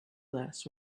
list